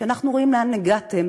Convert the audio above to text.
כשאנחנו רואים לאן הגעתם,